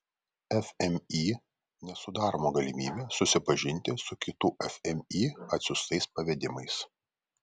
fmį nesudaroma galimybė susipažinti su kitų fmį atsiųstais pavedimais